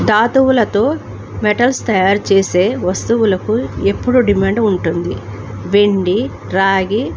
దాతువులతో metals తయారు చేసే వస్తువులకు ఎప్పుడు డిమాండ్ ఉంటుంది వెండి రాగి